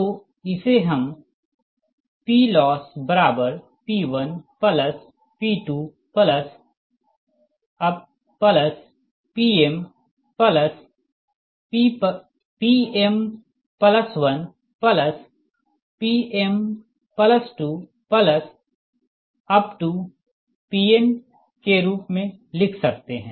तो इसे हम PLossP1P2PmPm1Pm2Pn के रूप में लिख सकते हैं